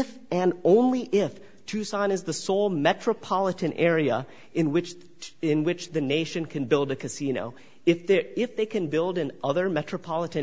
if and only if tucson is the sole metropolitan area in which in which the nation can build a casino if they can build in other metropolitan